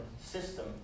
system